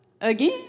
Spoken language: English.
again